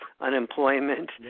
unemployment